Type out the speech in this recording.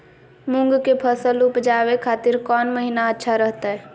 मूंग के फसल उवजावे खातिर कौन महीना अच्छा रहतय?